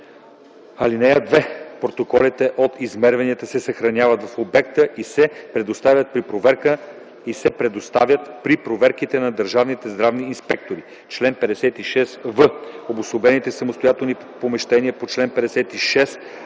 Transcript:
(2) Протоколите от измерванията се съхраняват в обекта и се представят при проверките на държавните здравни инспектори. Чл. 56в. В обособените самостоятелни помещения по чл. 56,